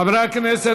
חברי הכנסת,